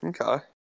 Okay